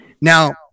Now